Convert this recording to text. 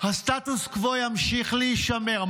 הסטטוס קוו ימשיך להישמר.